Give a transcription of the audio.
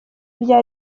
rya